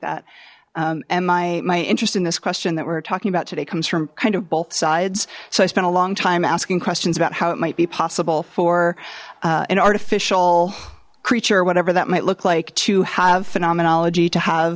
that and my my interest in this question that we're talking about today comes from kind of both sides so i spent a long time asking questions about how it might be possible for an artificial creature or whatever that might look like to have phenomenology to have